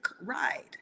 ride